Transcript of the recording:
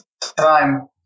time